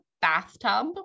bathtub